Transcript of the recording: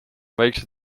väikesed